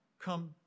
Come